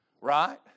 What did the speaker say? Right